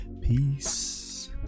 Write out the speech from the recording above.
Peace